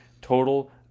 total